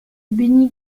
benny